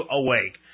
awake